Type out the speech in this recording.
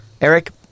Eric